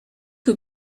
que